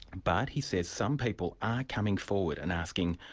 but he says some people are coming forward and asking,